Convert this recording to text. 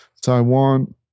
Taiwan